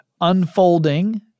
unfolding